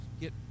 get